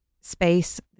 space